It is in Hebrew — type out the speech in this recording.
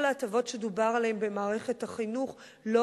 כל ההטבות שדובר עליהן במערכת החינוך לא